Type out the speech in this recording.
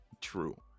true